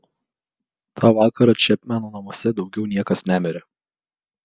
tą vakarą čepmeno namuose daugiau niekas nemirė